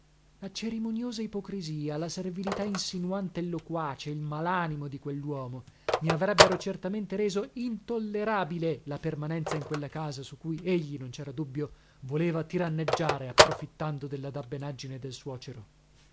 la cerimoniosa ipocrisia la servilità insinuante e loquace il malanimo di quelluomo mi avrebbero certamente reso intollerabile la permanenza in quella casa su cui egli non cera dubbio voleva tiranneggiare approfittando della dabbenaggine del suocero